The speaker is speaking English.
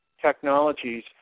technologies